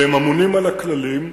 והם אמונים על הכללים,